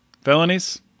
felonies